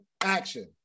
action